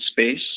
space